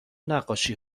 نقاشی